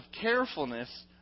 carefulness